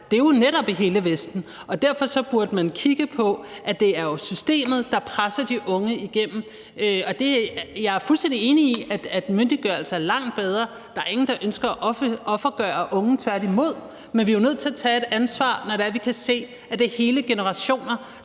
det er jo netop i hele Vesten. Derfor burde man kigge på, at det er systemet, der presser de unge igennem. Jeg er fuldstændig enig i, at myndiggørelse er langt bedre, for der er ingen, der ønsker at offergøre unge, tværtimod, men vi er jo nødt til at tage et ansvar, når vi kan se, det er hele generationer,